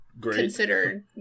considered